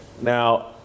Now